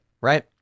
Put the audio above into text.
right